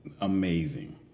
amazing